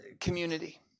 community